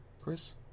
Chris